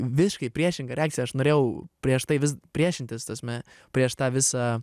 visiškai priešinga reakcija aš norėjau prieš tai vis priešintis ta pasme prieš tą visą